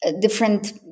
different